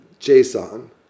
JSON